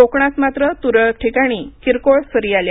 कोकणात मात्र तुरळक ठिकाणी किरकोळ सरी आल्या